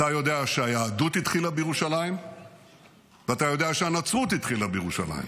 אתה יודע שהיהדות התחילה בירושלים ואתה יודע שהנצרות התחילה בירושלים,